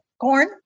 Corn